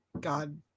God